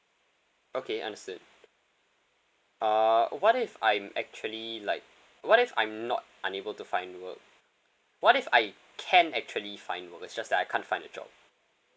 okay understood uh what if I'm actually like what if I'm not unable to find work what if I can actually find work it's just that I can't find a job